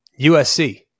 USC